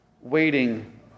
waiting